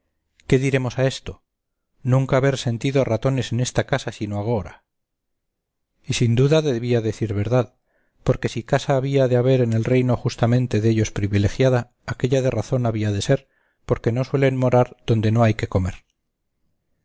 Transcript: qué diremos a esto nunca haber sentido ratones en esta casa sino agora y sin dubda debía de decir verdad porque si casa había de haber en el reino justamente de ellos privilegiada aquélla de razón había de ser porque no suelen morar donde no hay qué comer